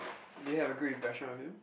do you have a good impression of him